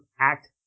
act